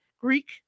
Greek